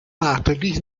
nachträglich